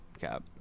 Cap